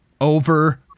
Over